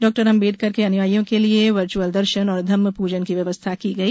डॉ आंबेडकर के अनुयाइयों के लिए वर्चुअल दर्शन और धम्म पूजन की व्यवस्था की गई